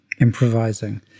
improvising